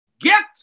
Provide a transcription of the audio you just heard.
Get